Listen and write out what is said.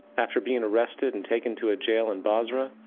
after being arrested and taken to a jail in basra,